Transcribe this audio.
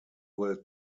will